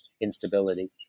instability